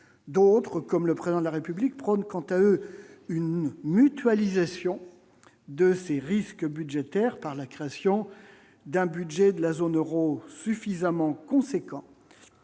d'autres comme le président de la République prône quant à eux une mutualisation de ces risques budgétaires par la création d'un budget de la zone Euro suffisamment conséquent